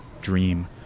dream